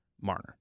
Marner